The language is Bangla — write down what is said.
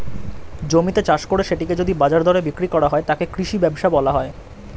জমিতে চাষ করে সেটিকে যদি বাজার দরে বিক্রি করা হয়, তাকে কৃষি ব্যবসা বলা হয়